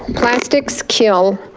plastics kill.